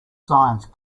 science